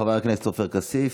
חבר הכנסת עופר כסיף,